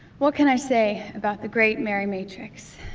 what can i say about the great mary matrix?